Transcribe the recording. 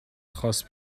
خواست